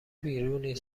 بیرونین